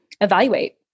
evaluate